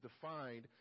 defined